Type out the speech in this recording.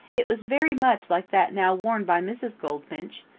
it was very much like that now worn by mrs. goldfinch,